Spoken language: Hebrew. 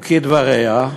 כדבריה,